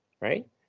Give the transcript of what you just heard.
right